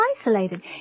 isolated